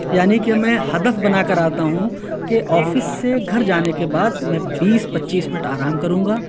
یعنی کہ میں ہدف بنا کر آتا ہوں کہ آفس سے گھر جانے کے بعد میں بیس پچیس منٹ آرام کروں گا